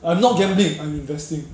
I'm not gambling I'm investing